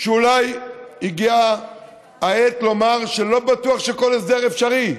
שאולי הגיעה העת לומר שלא בטוח שכל הסדר אפשרי.